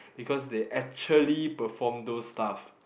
because they actually perform those stuff